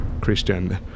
Christian